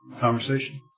conversation